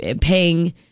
paying